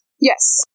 Yes